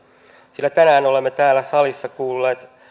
sillä tänään olemme täällä salissa kuulleet